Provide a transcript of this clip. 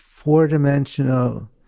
four-dimensional